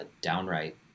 downright